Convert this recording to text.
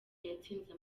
yatsinze